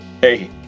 hey